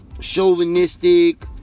Chauvinistic